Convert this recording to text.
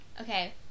Okay